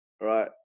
right